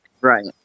Right